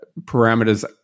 parameters